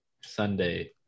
Sunday